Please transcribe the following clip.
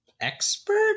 expert